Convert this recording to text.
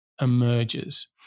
emerges